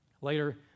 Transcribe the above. Later